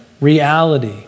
reality